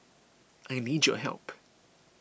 I need your help